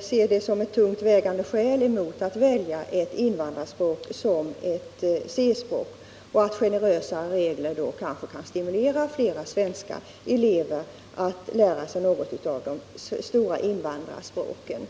ser det som ett tungt vägande skäl mot att välja invandrarspråk som ett C-språk — och att generösare regler kanske kan stimulera fler svenska elever till att lära sig något av de stora invandrarspråken.